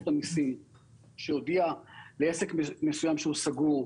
המיסים שהודיע לעסק מסוים שהוא סגור.